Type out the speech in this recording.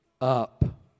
up